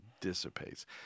dissipates